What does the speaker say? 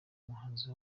umuhanzi